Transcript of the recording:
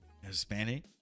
Hispanic